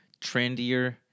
trendier